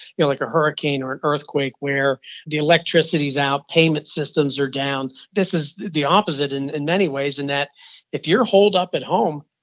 like a hurricane or an earthquake, where the electricity's out, payment systems are down. this is the opposite in in many ways in that if you're holed up at home,